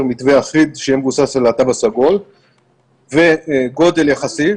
מתווה אחיד שיהיה מבוסס על התו הסגול וגודל יחסי,